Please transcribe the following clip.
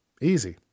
Easy